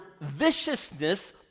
viciousness